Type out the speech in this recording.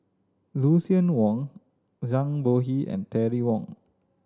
Lucien Wang Zhang Bohe and Terry Wong